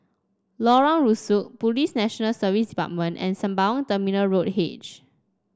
Lorong Rusuk Police National Service Department and Sembawang Terminal Road H